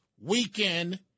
weekend